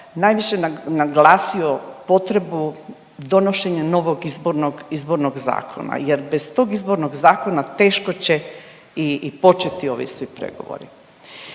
najviše naglasio potrebu donošenja novog izbornog, izbornog zakona jer bez tog izbornog zakona teško će i početi ovi svi pregovori.